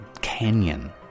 canyon